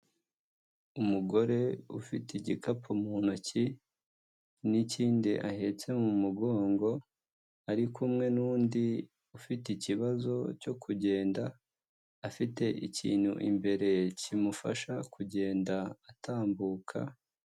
Umugore ufite igikapu mu ntoki, n'ikindi ahetse mu mugongo, ari kumwe n'undi ufite ikibazo cyo kugenda, afite ikintu imbere kimufasha kugenda atambuka.